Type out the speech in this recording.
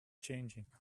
changing